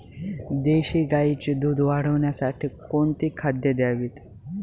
देशी गाईचे दूध वाढवण्यासाठी कोणती खाद्ये द्यावीत?